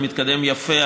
ומתקדם יפה,